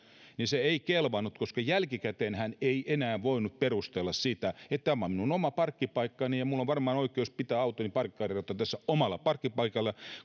eikä se kelvannut koska jälkikäteen hän ei enää voinut perustella sitä että tämä on minun oma parkkipaikkani ja minulla on varmaan oikeus pitää autoni parkkeerattuna tässä omalla parkkipaikalla